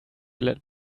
let